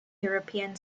european